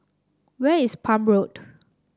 where is Palm Road